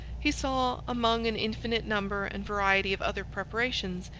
he saw, among an infinite number and variety of other preparations,